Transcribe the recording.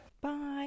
Bye